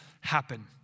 happen